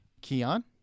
Keon